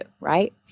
right